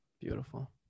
Beautiful